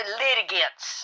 litigants